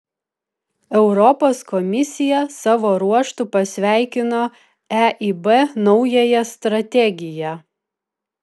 europos komisija savo ruožtu pasveikino eib naująją strategiją